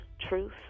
truth